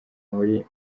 muri